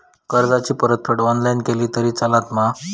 कर्जाची परतफेड ऑनलाइन केली तरी चलता मा?